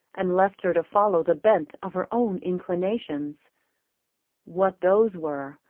and left her to follow the bent of her own inclinations what those were,